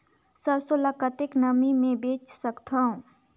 सरसो ल कतेक नमी मे बेच सकथव?